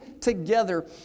together